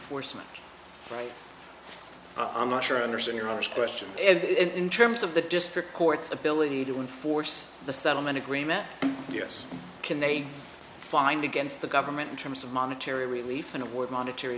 i'm right i'm not sure i understand your honest question in terms of the district court's ability to enforce the settlement agreement yes can they find against the government in terms of monetary relief and award monetary